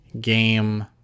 game